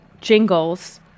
Jingles